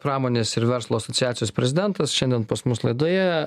pramonės ir verslo asociacijos prezidentas šiandien pas mus laidoje